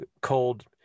cold